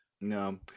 No